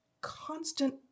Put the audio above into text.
constant